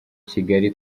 kigali